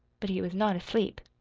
but he was not asleep.